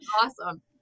Awesome